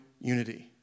unity